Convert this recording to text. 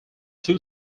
two